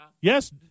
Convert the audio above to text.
Yes